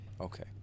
Okay